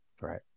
right